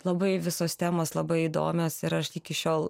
labai visos temos labai įdomios ir aš iki šiol